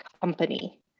company